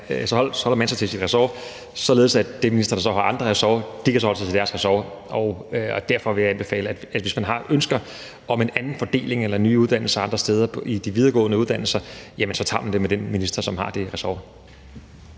skal holde sig til sit ressort, således at de ministre, der så har nogle andre ressortområder, så kan holde sig til deres ressort. Og derfor vil jeg anbefale, hvis man har ønsker om en anden fordeling eller nye uddannelser andre steder i forhold til videregående uddannelser, at man tager det med den minister, som har det ressort.